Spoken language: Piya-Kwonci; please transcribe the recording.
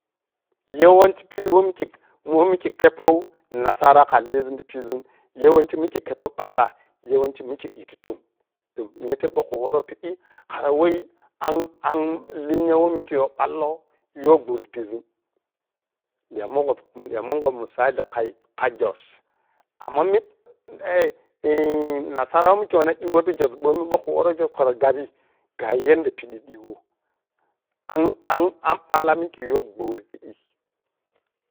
Yawanci piɓɓi weh mikhe khe momi mikhe keppo nasara kha lizun ti pizun yawanci mikhe keppo balla, yawanci mikhe ɓiti tom. toh- nite ɓoh khu wohro piɓɓi kharaweh an linya weh mikhe yoh ballo yo gbo ti pizun diya mungwo mu ɓiya mungho musali khai khai oos. Amma min eh eh nasara weh mikhe wanna ɓiyo ti jos ɓomi mokhu woroh jos khara gabi gha yadda piɓɓi dimoh an-an-an-balla mikhe yogho ti piɓɓi